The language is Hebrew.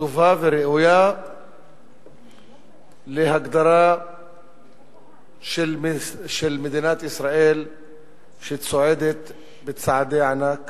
טובה וראויה להגדרה של מדינת ישראל שצועדת בצעדי ענק